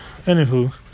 anywho